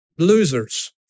Losers